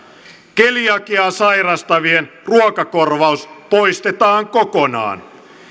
keliakiaa sairastavien ruokakorvaus poistetaan kokonaan